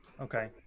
Okay